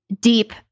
deep